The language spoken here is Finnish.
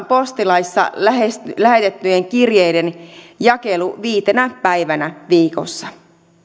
postilaissa turvataan lähetettyjen kirjeiden jakelu viitenä päivänä viikossa